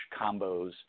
combos